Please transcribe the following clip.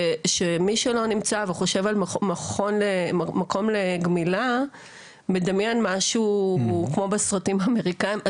שמי שלא נמצא וחושב על מקום לגמילה מדמיין משהו כמו בסרטים האמריקאים.